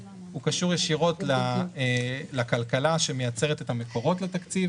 הוא קשור ישירות לכלכלה שמייצרת את המקורות לתקציב,